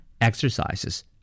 exercises